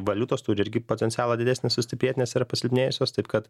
valiutos turi irgi potencialą didesnį sustiprėt nes yra pasilpnėjusios taip kad